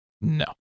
No